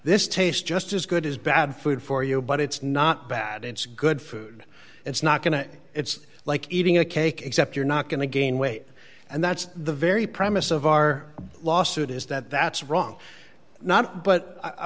this taste just as good as bad food for you but it's not bad it's good food it's not going to it's like eating a cake except you're not going to gain weight and that's the very premise of our lawsuit is that that's wrong not but i